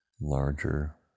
larger